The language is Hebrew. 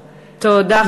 תודה,